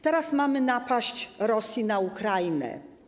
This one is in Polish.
Teraz mamy napaść Rosji na Ukrainę.